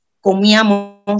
comíamos